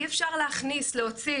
אי אפשר להכניס ולהוציא